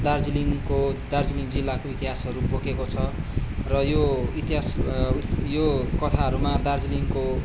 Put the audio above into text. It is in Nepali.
दार्जिलिङको दार्जिलिङ जिल्लाको इतिहासहरू बोकेको छ र यो इतिहास यो कथाहरूमा दार्जिलिङको